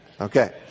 Okay